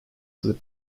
slip